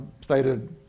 stated